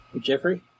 Jeffrey